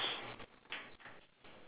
okay same